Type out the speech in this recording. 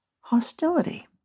hostility